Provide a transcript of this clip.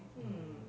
mm